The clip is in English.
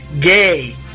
gay